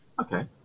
Okay